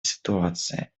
ситуации